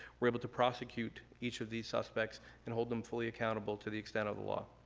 we're able to prosecute each of these suspect and hold them fully accountable to the extent of the law.